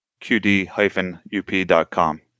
qd-up.com